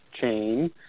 chain